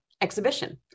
exhibition